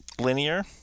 linear